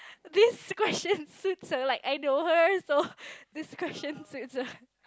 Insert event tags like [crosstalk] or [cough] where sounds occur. this question suits her [laughs] like I know her so this question suits her [laughs]